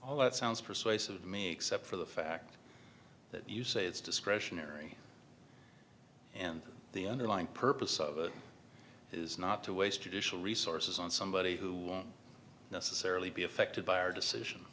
all that sounds persuasive me except for the fact that you say it's discretionary and the underlying purpose of it is not to waste judicial resources on somebody who necessarily be affected by our decision